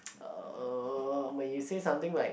uh when you say something like